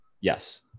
Yes